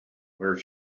where